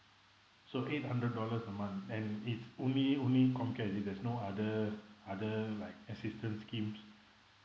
so eight hundred dollars a month and it's only only com care is it there's no other other like assistance schemes